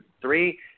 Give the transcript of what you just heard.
three